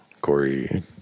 Corey